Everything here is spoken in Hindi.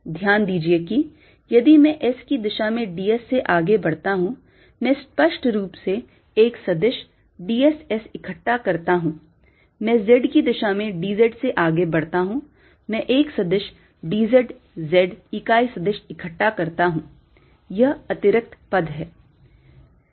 ध्यान दीजिये कि यदि मैं S की दिशा में d s से आगे बढता हूं मैं स्पष्ट रूप से एक सदिश d s S इकट्ठा करता हूं मैं Z की दिशा में d z से आगे बढता हूं मैं एक सदिश d z Z इकाई सदिश इकट्ठा करता हूं यह अतिरिक्त पद है